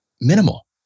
minimal